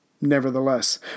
Nevertheless